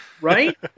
right